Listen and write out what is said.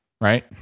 Right